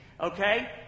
Okay